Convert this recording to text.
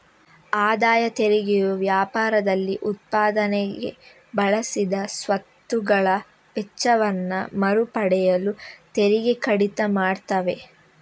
ಆದಾಯ ತೆರಿಗೆಯು ವ್ಯಾಪಾರದಲ್ಲಿ ಉತ್ಪಾದನೆಗೆ ಬಳಸಿದ ಸ್ವತ್ತುಗಳ ವೆಚ್ಚವನ್ನ ಮರು ಪಡೆಯಲು ತೆರಿಗೆ ಕಡಿತ ಮಾಡ್ತವೆ